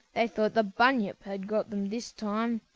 they thought the bunyip had got them this time.